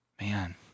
Man